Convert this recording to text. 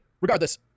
Regardless